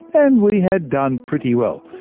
and we had done pretty well.